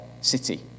city